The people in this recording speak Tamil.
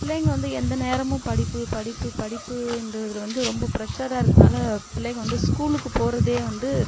பிள்ளைங்கள் வந்து எந்த நேரமும் படிப்பு படிப்பு படிப்புன்றதால் வந்து ரொம்ப ப்ரஷ்ஷராக இருக்கனால் பிள்ளைங்கள் வந்து ஸ்கூலுக்கு போகிறதே வந்து